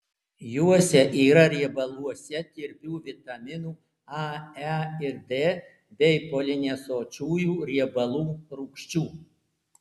juose yra riebaluose tirpių vitaminų a e ir d bei polinesočiųjų riebalų rūgščių